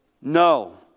No